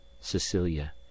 Cecilia